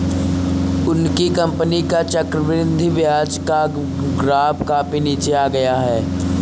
उनकी कंपनी का चक्रवृद्धि ब्याज का ग्राफ काफी नीचे आ गया है